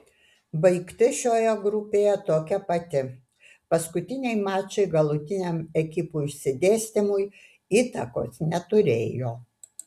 baigtis šioje grupėje tokia pati paskutiniai mačai galutiniam ekipų išsidėstymui įtakos neturėjo